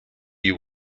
you